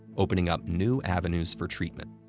opening up new avenues for treatment.